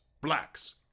blacks